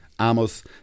Amos